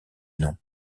nom